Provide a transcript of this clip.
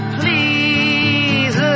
please